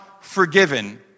forgiven